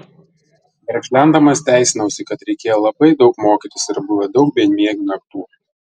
verkšlendamas teisinausi kad reikėję labai daug mokytis ir buvę daug bemiegių naktų